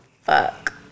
fuck